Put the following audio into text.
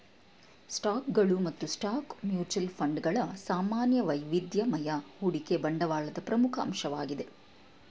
ಸ್ಟಾಕ್ಗಳು ಮತ್ತು stock mutual fund ಗಳ ಸಾಮಾನ್ಯ ವೈವಿಧ್ಯಮಯ ಹೂಡಿಕೆ ಬಂಡವಾಳದ ಪ್ರಮುಖ ಅಂಶವಾಗಿದೆ